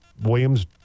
Williams